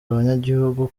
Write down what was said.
abanyagihugu